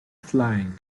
flying